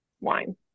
Wine